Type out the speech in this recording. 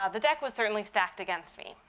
ah the deck was certainly stacked against me.